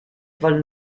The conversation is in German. wollen